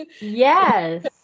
Yes